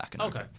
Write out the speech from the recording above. Okay